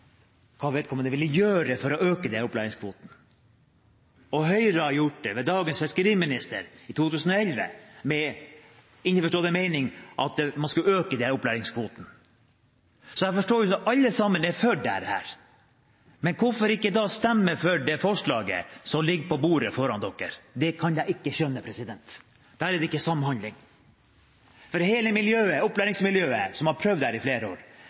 hva vedkommende ville gjøre for å øke denne opplæringskvoten. Og Høyre har gjort det, ved dagens fiskeriminister, i 2011 – innforstått at man skulle øke denne opplæringskvoten. Så jeg forstår det slik at alle sammen er for dette. Men hvorfor ikke da stemme for det forslaget som ligger på bordet foran dere? Det kan jeg ikke skjønne, for der er det ikke samhandling. For hele opplæringsmiljøet, som har prøvd dette i flere år,